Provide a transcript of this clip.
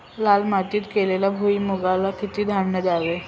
लाल मातीत केलेल्या भुईमूगाला किती पाणी द्यावे?